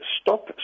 stop